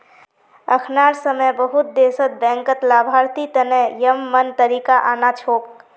अखनार समय बहुत देशत बैंकत लाभार्थी तने यममन तरीका आना छोक